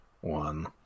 one